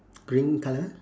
green colour